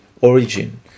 origin